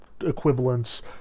equivalents